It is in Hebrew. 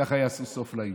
וכך יעשו סוף לעניין.